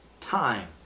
time